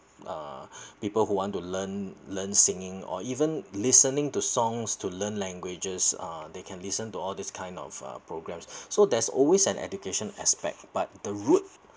uh people who want to learn learn singing or even listening to songs to learn languages uh they can listen to all this kind of uh programmes so there's always an education aspect but the route